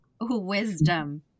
wisdom